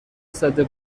زده